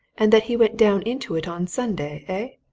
and that he went down into it on sunday ah?